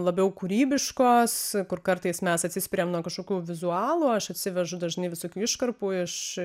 labiau kūrybiškos kur kartais mes atsispiriam nuo kažkokių vizualų aš atsivežu dažnai visokių iškarpų iš